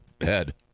head